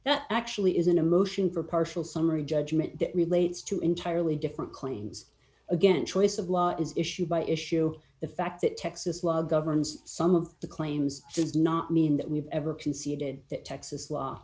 that actually is an emotion for partial summary judgment that relates to entirely different claims again choice of law is issue by issue the fact that texas law governs some of the claims does not mean that we've ever conceded that texas law